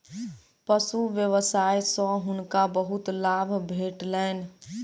पशु व्यवसाय सॅ हुनका बहुत लाभ भेटलैन